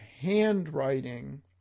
handwriting